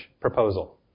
proposal